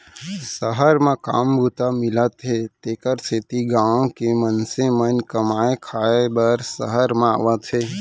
सहर म काम बूता मिलत हे तेकर सेती गॉँव के मनसे मन कमाए खाए बर सहर म आवत हें